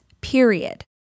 period